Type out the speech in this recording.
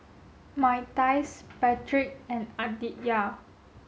Myrtice Patric and Aditya